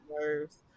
nerves